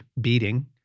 beating